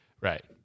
Right